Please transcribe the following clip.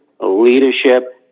leadership